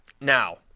Now